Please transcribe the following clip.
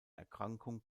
erkrankung